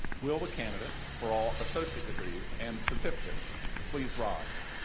will the candidates for all associate degrees and certificates please rise?